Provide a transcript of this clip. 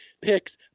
picks